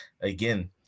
again